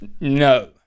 No